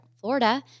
Florida